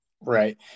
Right